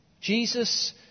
Jesus